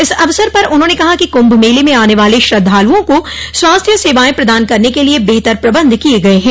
इस अवसर पर उन्होंने कहा कि कुंभ मेले में आने वाले श्रद्वालुओं को स्वास्थ्य सेवाएं प्रदान करने के लिए बेहतर प्रबन्ध किये गये हैं